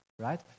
Right